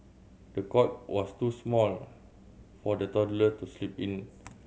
the cot was too small for the toddler to sleep in